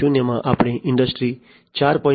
0 માં આપણે ઈન્ડસ્ટ્રી 4